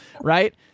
right